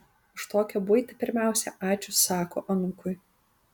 už tokią buitį pirmiausia ačiū sako anūkui